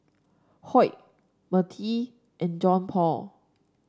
Hoyt Mertie and Johnpaul